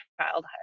childhood